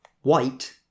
white